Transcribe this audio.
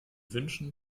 wünschen